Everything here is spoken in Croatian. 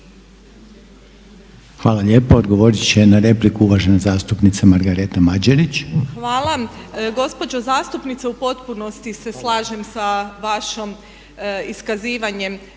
Hvala lijepo. Odgovorit će na repliku uvažena zastupnica Margareta Mađerić. **Mađerić, Margareta (HDZ)** Hvala. Gospođo zastupnice u potpunosti se slažem sa vašim iskazivanjem